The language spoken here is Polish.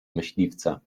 myśliwca